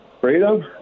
Freedom